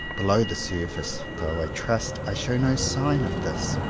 below the surface, though i trust i show no sign of this,